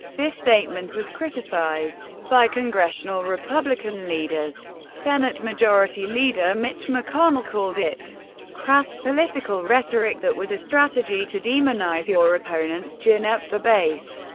this statement was criticized by congressional republican leaders. senate majority leader mitch mcconnell called it it crass political rhetoric that was a strategy to demonize your opponents, gin up the base,